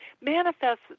manifests